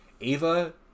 Ava